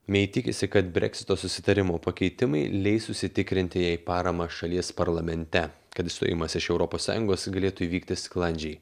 mei tikisi kad breksito susitarimo pakeitimai leis užsitikrinti jai paramą šalies parlamente kad išstojimas iš europos sąjungos galėtų įvykti sklandžiai